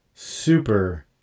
Super